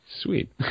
Sweet